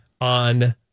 on